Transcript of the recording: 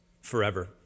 forever